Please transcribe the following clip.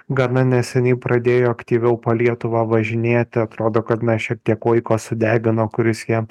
gana neseniai pradėjo aktyviau po lietuvą važinėti atrodo kad na šiek tiek laiko sudegino kuris jam